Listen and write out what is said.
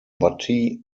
butte